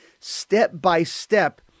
step-by-step